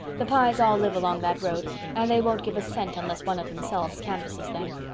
the pyes all live along that road and they won't give a cent unless one of themselves canvasses them.